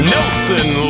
Nelson